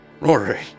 Rory